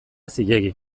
zilegi